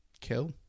Kill